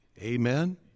Amen